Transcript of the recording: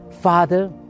Father